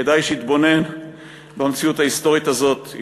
כדאי שיתבונן במציאות ההיסטורית הזאת,